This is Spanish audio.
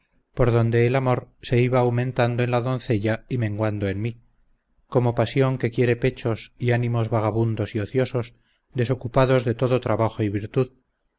por donde el amor se iba aumentando en la doncella y menguando en mí como pasión que quiere pechos y ánimos vagabundos y ociosos desocupados de todo trabajo y virtud